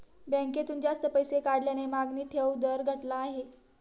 बँकेतून जास्त पैसे काढल्याने मागणी ठेव दर घटला आहे